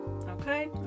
okay